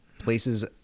places